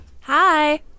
Hi